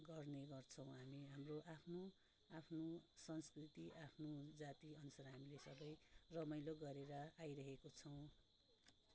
गर्ने गर्छौँ हामी हाम्रो आफ्नो आफ्नो संस्कृति आफ्नो जाति अनुसार हामीले सधैँ रमाइलो गरेर आइरहेको छौँ